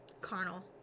carnal